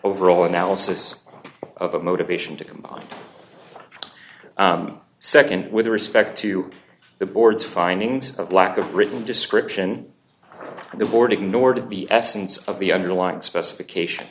overall analysis of the motivation to combine second with respect to the board's findings of lack of written description of the board ignored the essence of the underlying specification